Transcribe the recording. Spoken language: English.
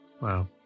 wow